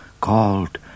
called